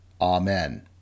Amen